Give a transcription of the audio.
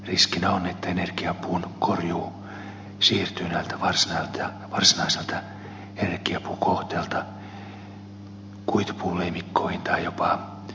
riskinä on että energiapuun korjuu siirtyy näiltä varsinaisilta energiapuukohteilta kuitupuuleimikkoihin tai jopa päätehakkuiden kuituosan korjaamiseen energiakäyttöön